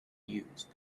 used